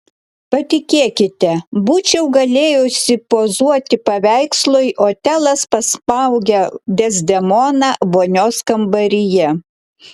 patikėkite būčiau galėjusi pozuoti paveikslui otelas pasmaugia dezdemoną vonios kambaryje